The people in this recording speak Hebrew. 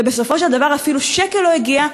ובסופו של דבר אפילו שקל לא הגיע.